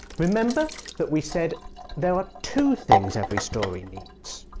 remember that we said there are two things every story needs.